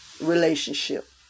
relationship